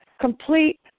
complete